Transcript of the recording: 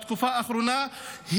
בתקופה האחרונה,